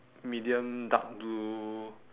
medium dark blue